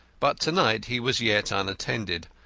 but to-night he was yet unattended,